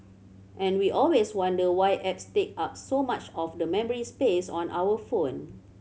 and we always wonder why apps take up so much of the memory space on our phone